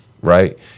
right